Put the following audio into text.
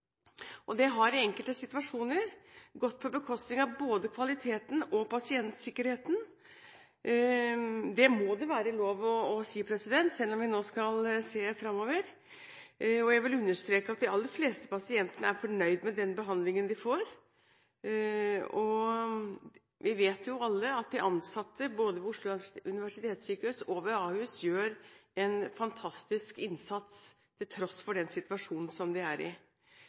Det har i enkelte situasjoner gått på bekostning av både kvaliteten og pasientsikkerheten. Det må det være lov til å si, selv om vi nå skal se fremover. Jeg vil understreke at de aller fleste pasientene er fornøyd med den behandlingen de får, og vi vet alle at de ansatte ved både Oslo universitetssykehus og Ahus gjør en fantastisk innsats, til tross for den situasjonen de er i.